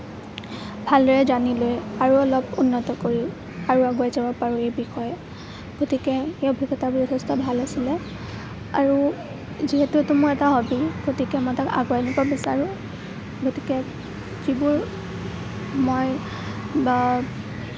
ভালদৰে জানি লৈ আৰু অলপ উন্নত কৰি আৰু আগুৱাই যাব পাৰোঁ এই বিষয়ে গতিকে এই অভিজ্ঞতা যথেষ্ট ভাল আছিলে আৰু যিহেতু এইটো মোৰ এটা হবী গতিকে মই তাক আগুৱাই নিব বিচাৰোঁ গতিকে যিবোৰ মই বা